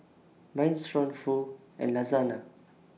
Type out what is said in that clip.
Minestrone Pho and Lasagna